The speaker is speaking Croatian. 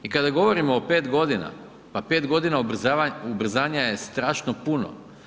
I kada govorimo o 5 godina, pa 5 godina ubrzanja je strašno puno.